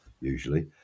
usually